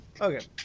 Okay